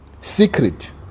secret